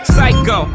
Psycho